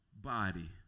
body